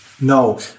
No